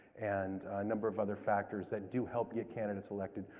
and a number of other factors that do help get candidates elected.